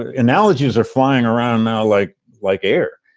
ah analogies are flying around now like like air.